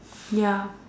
ya